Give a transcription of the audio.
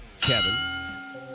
Kevin